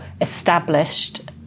established